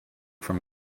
from